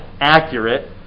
accurate